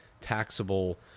taxable